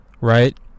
right